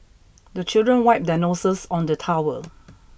the children wipe their noses on the towel